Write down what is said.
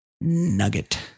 nugget